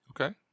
Okay